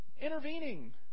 Intervening